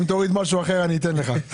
אם תוריד משהו אחר אני אתן לך.